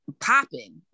popping